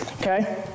Okay